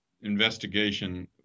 investigation